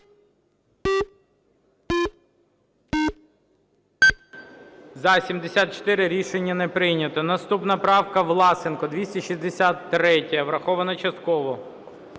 За-74 Рішення не прийнято. Наступна правка. Власенко, 263-я, врахована частково.